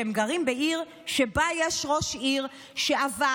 שהם גרים בעיר שבה יש ראש עיר שעבד,